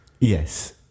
Yes